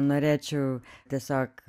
norėčiau tiesiog